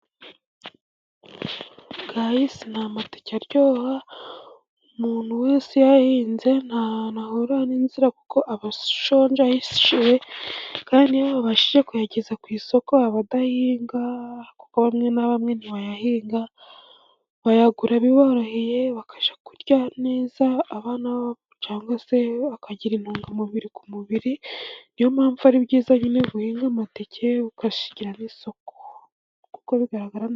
Bwayisi n'amatike aryoha, umuntu wese uyahinze nta ahura n'inzira kuko abashonge ahishiwe kandi iyo babashije kuyageza ku isoko abadahinga kuko bamwe na bamwe ntibayahinga, bayagura biboroheye bakajya kurya neza abana cyangwa se bakagira intungamubiri ku mubiri, niyo mpamvu ari byiza guhinga nk'amateke ukayasarura ugasigira n'iso nkuko bigaragara.